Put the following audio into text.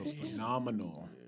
phenomenal